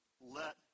let